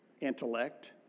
intellect